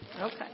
Okay